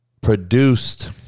produced